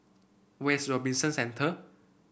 where is Robinson Centre